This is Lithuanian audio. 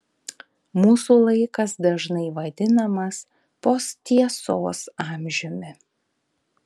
mūsų laikas dažnai vadinamas posttiesos amžiumi